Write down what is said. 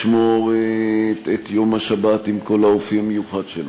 לשמור את יום השבת עם כל האופי המיוחד שלו,